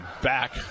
back